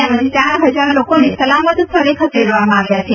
તેમજ ચાર હજાર લોકોને સલામત સ્થળે ખસેડવામાં આવ્યા છે